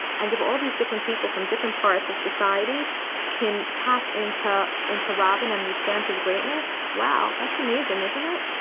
and if all these different people from different parts of society can tap into into rabin and understand his greatness, wow, that's amazing, isn't it?